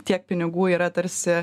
tiek pinigų yra tarsi